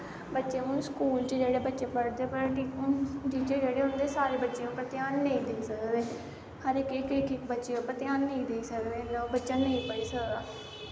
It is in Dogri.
बच्चे हून स्कूल च जेह्ड़े बच्चे पढ़दे हून टीचर जेह्ड़े होंदे सारे बच्चें उप्पर ध्यान नेंई देई सकदे हर इक इक इक बच्चे उप्पर ध्यान नेंई देई सकदे ते ओह् बच्चा नेईं पढ़ी सकदा